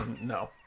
no